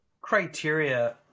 criteria